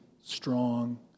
strong